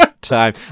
time